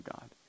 God